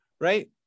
right